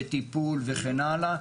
בטיפול וכן הלאה,